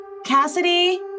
Cassidy